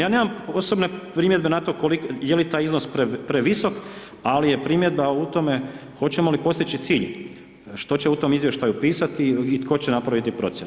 Ja nemam posebne primjedbe na to je li taj iznos previsok, ali je primjedba u tome hoćemo li postići cilj, što će u tom izvještaju pisati i tko će napraviti procjenu.